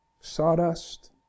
Sawdust